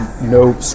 no